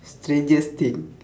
strangest thing